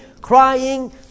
crying